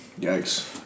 Yikes